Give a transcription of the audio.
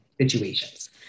situations